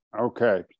okay